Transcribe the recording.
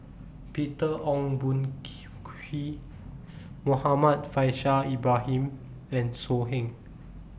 Peter Ong Boon Kwee Muhammad Faishal Ibrahim and So Heng